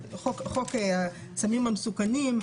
חוק הסמים המסוכנים,